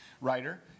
writer